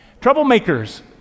troublemakers